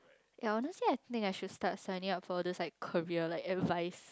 ya honestly I think I should start signing up for all these like career like advice